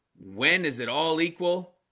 when is it all equal